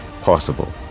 possible